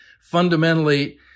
fundamentally